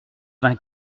vingt